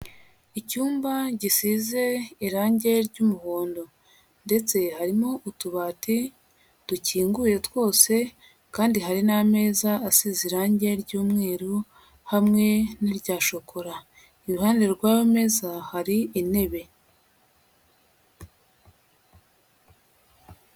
Icyumba gisize irangi ry'umuhondo, ndetse harimo utubati dukinguye twose kandi hari n'ameza asize irangi ry'umweru, hamwe n'irya shokora, iruhande rw'ameza hari intebe.